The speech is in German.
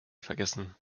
vergessen